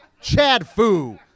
Chad-Fu